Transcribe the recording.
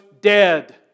dead